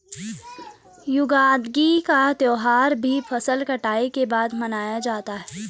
युगादि का त्यौहार भी फसल कटाई के बाद मनाया जाता है